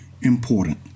important